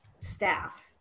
staff